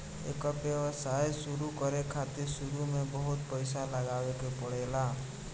एकर व्यवसाय शुरु करे खातिर शुरू में बहुत पईसा लगावे के पड़ेला